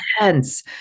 intense